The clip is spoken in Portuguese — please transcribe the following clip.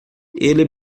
ele